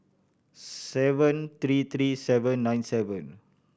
seven three three seven nine seven